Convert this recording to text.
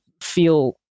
feel